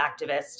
activist